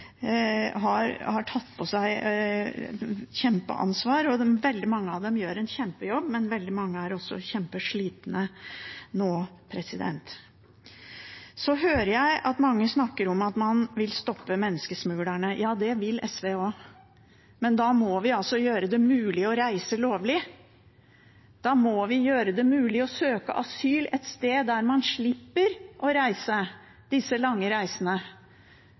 Veldig mange av dem gjør en kjempejobb, men veldig mange er også kjempeslitne nå. Så hører jeg at mange snakker om at man vil stoppe menneskesmuglerne. Ja, det vil SV også, men da må vi gjøre det mulig å reise lovlig. Da må vi gjøre det mulig å søke asyl et sted der man slipper å legge ut på disse lange